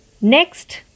next